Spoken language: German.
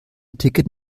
ticket